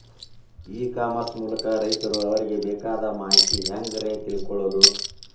E commerce ಮೂಲಕ ರೈತರು ಅವರಿಗೆ ಬೇಕಾದ ಮಾಹಿತಿ ಹ್ಯಾಂಗ ರೇ ತಿಳ್ಕೊಳೋದು?